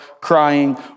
crying